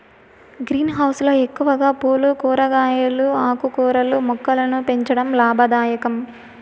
green house లో ఎక్కువగా పూలు, కూరగాయలు, ఆకుకూరల మొక్కలను పెంచడం లాభదాయకం